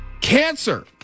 Cancer